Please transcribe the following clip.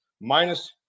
minus